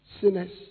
sinners